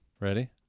ready